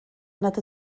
nad